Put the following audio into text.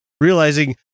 realizing